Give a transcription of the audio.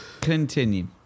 Continue